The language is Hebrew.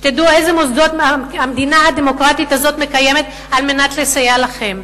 שתדעו איזה מוסדות המדינה הדמוקרטית הזאת מקיימת כדי לסייע לכם.